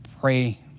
pray